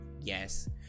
Yes